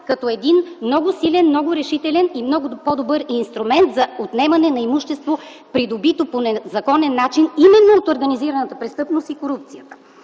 като много силен, решителен и много по-добър инструмент за отнемане на имущество, придобито по незаконен начин именно от организираната престъпност и корупцията.